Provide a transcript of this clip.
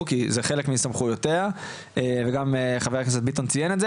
כי אלו חלק מסמכויותיה וגם חבר הכנסת מיכאל ביטון ציין את זה.